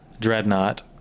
dreadnought